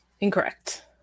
Incorrect